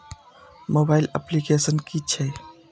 Mobile application कि छै?